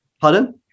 Pardon